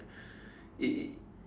it it